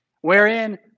Wherein